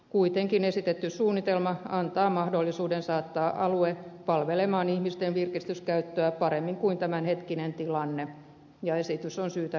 kuitenkin esitetty suunnitelma antaa mahdollisuuden saattaa alue palvelemaan ihmisten virkistyskäyttöä paremmin kuin tämänhetkinen tilanne ja esitys on syytä hyväksyä